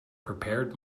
prepared